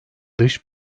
dış